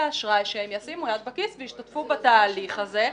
האשראי שהן ישימו יד בכיס וישתתפו בתהליך הזה.